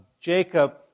Jacob